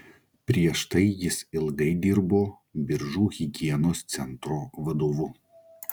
prieš tai jis ilgai dirbo biržų higienos centro vadovu